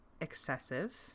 excessive